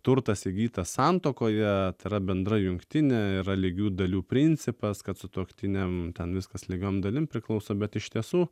turtas įgytas santuokoje yra bendra jungtinė yra lygių dalių principas kad sutuoktiniam ten viskas lygiom dalim priklauso bet iš tiesų